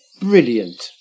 Brilliant